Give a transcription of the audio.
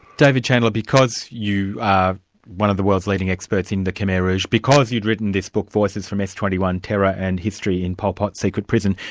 david chandler, because you are one of the world's leading experts in the khmer rouge, because you'd written this book, voices from s two one, terror and history in pol pot secret prison,